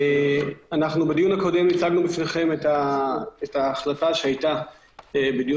בדיון הקודם הצגנו בפניכם אתה ההחלטה שעלתה בדיון